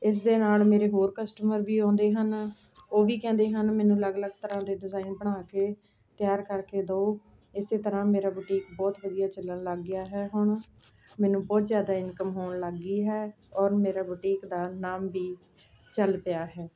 ਇਸ ਦੇ ਨਾਲ ਮੇਰੇ ਹੋਰ ਕਸਟਮਰ ਵੀ ਆਉਂਦੇ ਹਨ ਉਹ ਵੀ ਕਹਿੰਦੇ ਹਨ ਮੈਨੂੰ ਅਲੱਗ ਅਲੱਗ ਤਰ੍ਹਾਂ ਦੇ ਡਿਜ਼ਾਇਨ ਬਣਾ ਕੇ ਤਿਆਰ ਕਰਕੇ ਦੋ ਇਸੇ ਤਰ੍ਹਾਂ ਮੇਰਾ ਬੁਟੀਕ ਬਹੁਤ ਵਧੀਆ ਚੱਲਣ ਲੱਗ ਗਿਆ ਹੈ ਹੁਣ ਮੈਨੂੰ ਬਹੁਤ ਜ਼ਿਆਦਾ ਇਨਕਮ ਹੋਣ ਲੱਗ ਗਈ ਹੈ ਔਰ ਮੇਰਾ ਬੁਟੀਕ ਦਾ ਨਾਮ ਵੀ ਚੱਲ ਪਿਆ ਹੈ